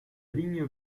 ligne